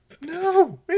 no